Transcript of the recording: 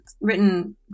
written